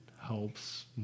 helps